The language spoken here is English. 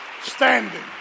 standing